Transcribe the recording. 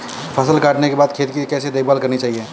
फसल काटने के बाद खेत की कैसे देखभाल करनी चाहिए?